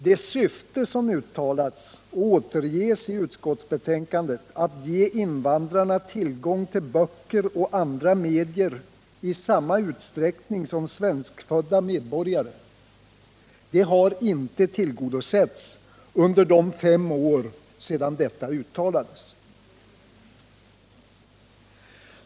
Det syfte som uttalats och återges i utskottsbetänkandet — att ge invandrarna tillgång till böcker och 135 andra medier i samma utsträckning som svenskfödda medborgare — har inte tillgodosetts under de fem år som gått sedan detta uttalande gjordes.